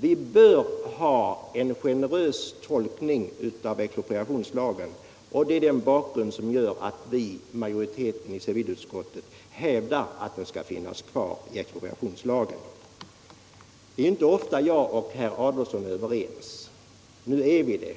Vi bör ha en generös tolkning av expropriationslagen, och det är bakgrunden till att utskottsmajoriteten inom civilutskottet hävdar att tomträtt skall utgöra en självständig expropriationsgrund. Det är inte ofta som herr Adolfsson och jag är överens. Nu är vi det.